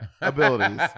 abilities